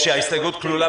חבר הכנסת סעדי צודק.